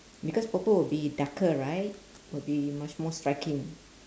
because purple will be darker right will be much more striking